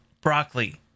broccoli